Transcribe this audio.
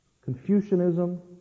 Confucianism